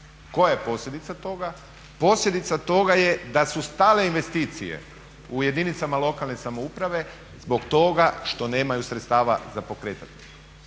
Koja je posljedica toga? Posljedica toga je da su stale investicije u jedinicama lokalne samouprave zbog toga što nemaju sredstava za pokretati.